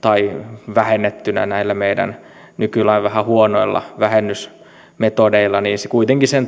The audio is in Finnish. tai vähennettynä näillä meidän nykylain vähän huonoilla vähennysmetodeilla